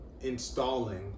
installing